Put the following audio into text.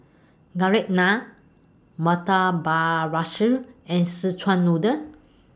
Garlic Naan Murtabak Rusa and Szechuan Noodle